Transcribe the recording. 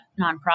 nonprofit